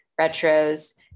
retros